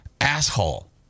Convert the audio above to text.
asshole